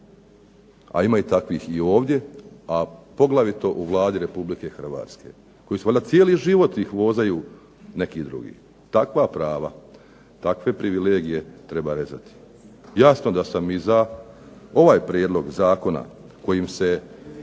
A ima i takvih i ovdje, a poglavito u Vladi Republike Hrvatske, koji su valjda cijeli život ih vozaju neki drugi. Takva prava, takve privilegije treba rezati. Jasno da sam i za ovaj prijedlog zakona kojim se